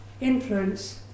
influence